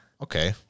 Okay